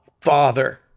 father